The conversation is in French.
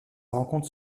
rencontre